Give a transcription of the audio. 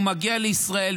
הוא מגיע לישראל,